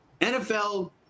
NFL